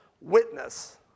witness